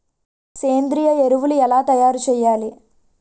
సేంద్రీయ ఎరువులు ఎలా తయారు చేయాలి?